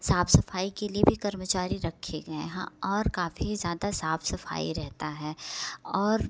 साफ सफाई के लिए भी कर्मचारी रखे गए हैं और काफ़ी ज़्यादा साफ सफाई रहता है और